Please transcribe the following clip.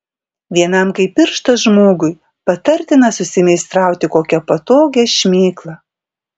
vienam kaip pirštas žmogui patartina susimeistrauti kokią patogią šmėklą